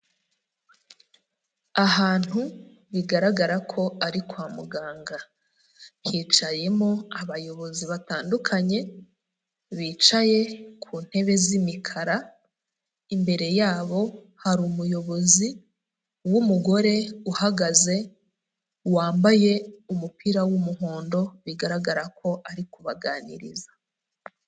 Ahantu bigaragara ko ari kwa muganga, hicayemo abayobozi batandukanye bicaye ku ntebe z'imikara, imbere yabo hari umuyobozi w'umugore uhagaze wambaye umupira w'umuhondo, bigaragara ko ari kubaganiriza.